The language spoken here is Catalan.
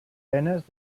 penes